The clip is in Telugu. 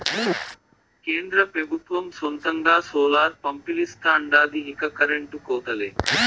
కేంద్ర పెబుత్వం సొంతంగా సోలార్ పంపిలిస్తాండాది ఇక కరెంటు కోతలే